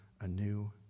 anew